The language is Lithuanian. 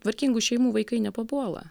tvarkingų šeimų vaikai nepapuola